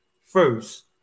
first